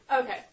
Okay